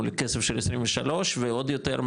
מול כסף של 23 ועוד יותר,